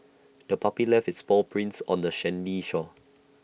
the puppy left its paw prints on the sandy shore